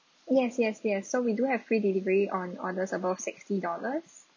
yes yes yes so we do have free delivery on orders above sixty dollars